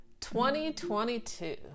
2022